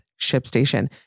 ShipStation